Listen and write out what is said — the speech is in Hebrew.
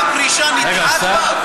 גיל הפרישה נדחה כבר?